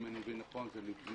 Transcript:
אם אני מבין נכון, זה בבנייה.